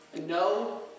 No